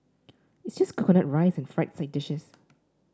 it's just coconut rice and fried side dishes